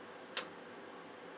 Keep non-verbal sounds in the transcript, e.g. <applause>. <noise>